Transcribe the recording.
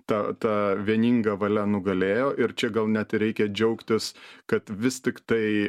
ta ta vieninga valia nugalėjo ir čia gal net ir reikia džiaugtis kad vis tiktai